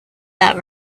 that